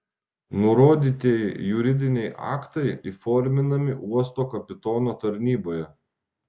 nurodytieji juridiniai aktai įforminami uosto kapitono tarnyboje